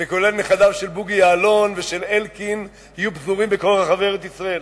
ונכדיהם של בוגי יעלון ושל אלקין יהיו פזורים בכל רחבי ארץ-ישראל.